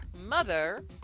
Mother